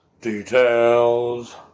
Details